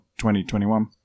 2021